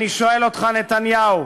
אני שואל אותך, נתניהו: